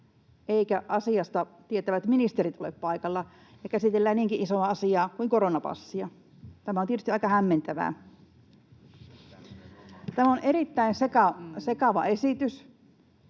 eivätkä asiasta tietävät ministerit ole paikalla, kun käsitellään niinkin isoa asiaa kuin koronapassia. Tämä on tietysti aika hämmentävää. Tämä on erittäin sekava esitys.